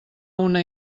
una